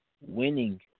winning